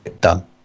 done